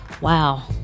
wow